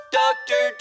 doctor